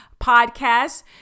podcast